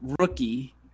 rookie